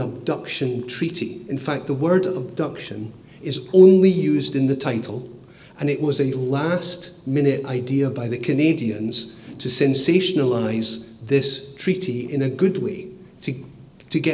abduction treaty in fact the word of duction is only used in the title and it was a last minute idea by the canadians to sensationalize this treaty in a good way to